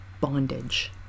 Bondage